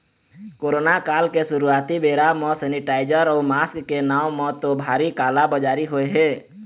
corona काल के शुरुआती बेरा म सेनीटाइजर अउ मास्क के नांव म तो भारी काला बजारी होय हे